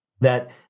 That-